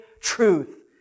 truth